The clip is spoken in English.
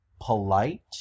polite